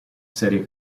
serie